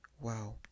Wow